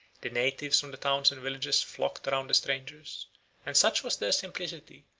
the natives from the towns and villages flocked around the strangers and such was their simplicity,